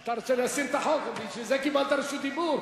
אתה רוצה להסיר את הצעת החוק ובשביל זה קיבלת רשות דיבור.